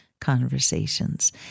conversations